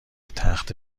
تخته